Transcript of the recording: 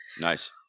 Nice